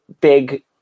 big